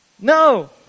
No